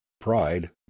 pride